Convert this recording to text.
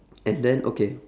and then okay